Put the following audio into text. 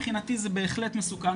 לדעתי זה בהחלט מסוכן,